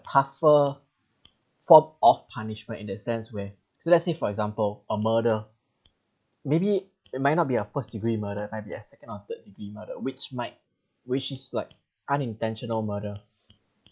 tougher form of punishment in that sense where let's say for example a murder maybe it might not be a first degree murder might be a second or third degree murder which might which's like unintentional murder